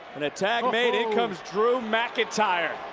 and a tag made, here comes drew mcintyre.